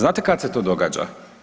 Znate kad se to događa?